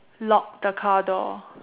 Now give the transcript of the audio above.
lock the car door